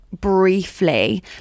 briefly